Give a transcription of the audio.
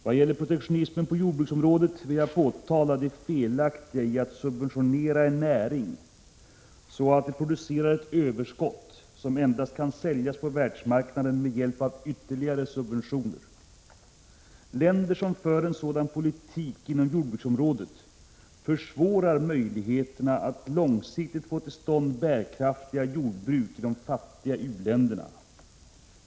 Vad gäller protektionismen på jordbruksområdet vill jag påtala det felaktiga i att subventionera en näring så att den producerar ett överskott som endast kan säljas på världsmarknaden med hjälp av ytterligare subventioner. Länder som för en sådan politik inom jordbruksområdet försvårar möjligheterna att långsiktigt få till stånd bärkraftiga jordbruk i de fattiga u-länderna.